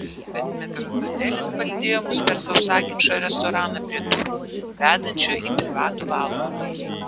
bet metrdotelis palydėjo mus per sausakimšą restoraną prie durų vedančių į privatų valgomąjį